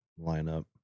lineup